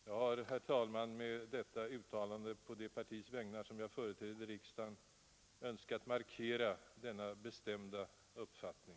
Jag har, herr talman, med detta uttalande på det partis vägnar som jag företräder i riksdagen önskat markera denna bestämda uppfattning.